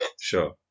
sure